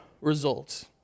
results